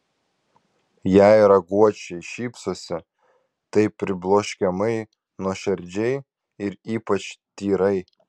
jei raguočiai šypsosi tai pribloškiamai nuoširdžiai ir ypač tyrai